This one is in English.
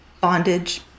bondage